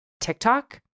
TikTok